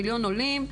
מיליון עולים,